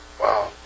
Wow